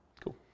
Cool